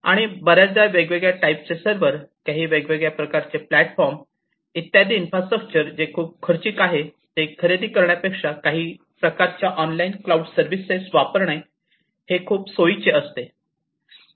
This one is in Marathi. आणि बऱ्याचदा वेगवेगळ्या टाईपचे सर्वर काही वेगळ्या प्रकारचे प्लॅटफॉर्म इत्यादी इन्फ्रास्ट्रक्चर जे खूप खूप खर्चिक आहे ते खरेदी करण्यापेक्षा काही प्रकारच्या ऑनलाइन क्लाऊड सर्विसेस वापरणे हे खूप सोयीचे असते